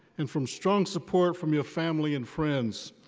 and from strong support from your family and friends.